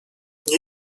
nie